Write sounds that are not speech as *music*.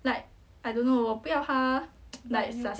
like I don't know 我不要 *noise* like suspec~